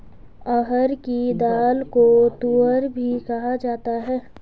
अरहर की दाल को तूअर भी कहा जाता है